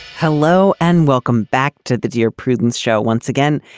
hello and welcome back to the dear prudence show once again.